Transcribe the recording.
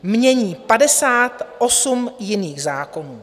Mění 58 jiných zákonů.